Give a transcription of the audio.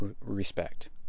respect